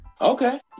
okay